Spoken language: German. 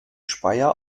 speyer